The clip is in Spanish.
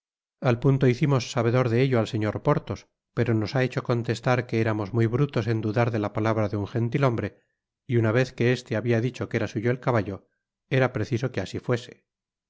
al punto hicimos sabedor de ello al señor porthos pero nos ha hecho contestar que éramos muy brutos en dudar de la palabra de un gentithombre y una vez que este habia dicho que era suyo el caballo era preciso que asi fuese